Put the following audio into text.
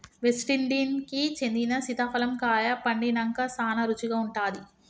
West Indies కి చెందిన సీతాఫలం కాయ పండినంక సానా రుచిగా ఉంటాది